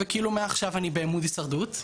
וכאילו מעכשיו אני ב-מוד הישרדות עכשיו,